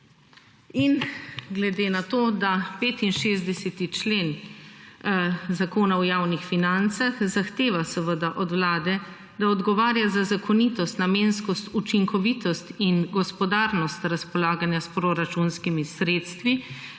Glede na to, da 65. člen Zakon o javnih financah zahteva seveda od Vlade, da odgovarja za zakonitost, namenskost, učinkovitost in gospodarnost razpolaganja s proračunskimi sredstvi